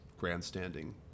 grandstanding